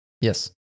Yes